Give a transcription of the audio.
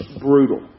brutal